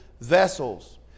vessels